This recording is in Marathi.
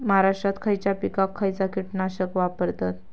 महाराष्ट्रात खयच्या पिकाक खयचा कीटकनाशक वापरतत?